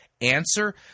answer